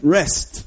rest